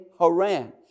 Haran